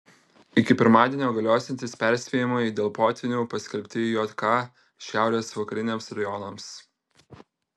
iki pirmadienio galiosiantys perspėjimai dėl potvynių paskelbti jk šiaurės vakariniams rajonams